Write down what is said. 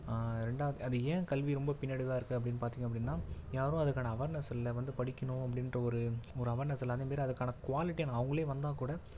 ரெண்டாவது அது ஏன் கல்வி ரொம்ப பின்னடைவாக இருக்கு அப்படின்னு பார்த்திங்க அப்படினா யாரும் அதுக்கான அவார்னஸ் இல்லை வந்து படிக்கணும் அப்படின்ற ஒரு ஒரு அவார்னஸ் இல்லை அந்த மாரி அதுக்கான குவாலிட்டியான அவங்களே வந்தால் கூட